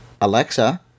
Alexa